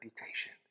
reputation